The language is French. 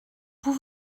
vous